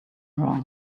wrong